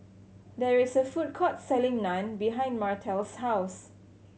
there is a food court selling Naan behind Martell's house